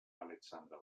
alexandre